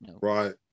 Right